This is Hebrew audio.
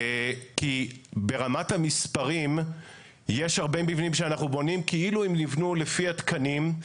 כי ברמת המספרים יש הרבה מבנים שאנחנו בונים כאילו הם נבנו לפי התקנים.